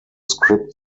script